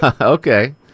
Okay